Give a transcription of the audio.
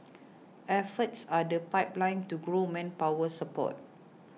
efforts are the pipeline to grow manpower support